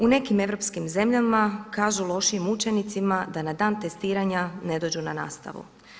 U nekim europskim zemljama kažu lošijim učenicima da na dan testiranja ne dođu na nastavu.